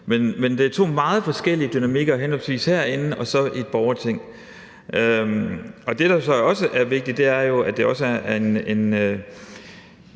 Men det er to meget forskellige dynamikker; herinde og i et borgerting. Det, der så også er vigtigt, er jo, at det også er en